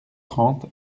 trente